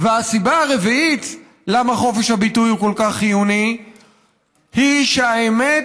והסיבה הרביעית למה חופש הביטוי הוא כל כך חיוני היא שהאמת